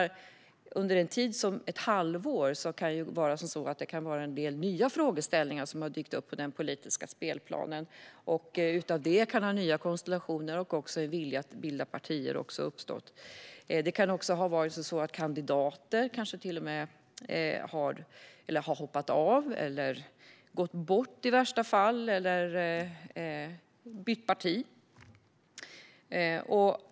Under ett halvår kan en del nya frågeställningar ha dykt upp på den politiska spelplanen, och utifrån det kan nya konstellationer såväl som en vilja att bilda nya partier ha uppstått. Det kan också vara så att kandidater har hoppat av, bytt parti eller i värsta fall gått bort.